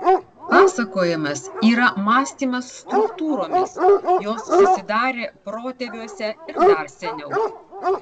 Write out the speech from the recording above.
pasakojimas yra mąstymas struktūromis jos susidarė protėviuose ir dar seniau